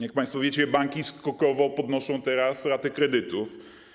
Jak państwo wiecie, banki skokowo podwyższają teraz raty kredytów.